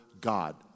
God